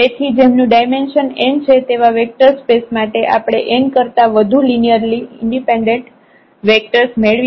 તેથી જેમનું dimension n છે તેવા વેક્ટર સ્પેસ માટે આપણે n કરતા વધુ લિનિયરલી ઈન્ડિપેન્ડેન્ટ વેક્ટર્સ મેળવી શકીએ નહિ